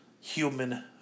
human